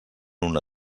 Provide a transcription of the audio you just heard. una